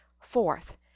Fourth